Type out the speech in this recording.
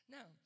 Now